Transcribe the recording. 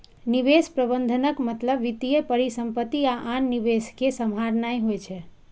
निवेश प्रबंधनक मतलब वित्तीय परिसंपत्ति आ आन निवेश कें सम्हारनाय होइ छै